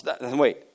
wait